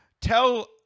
tell